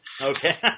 Okay